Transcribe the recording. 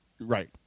Right